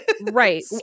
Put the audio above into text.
Right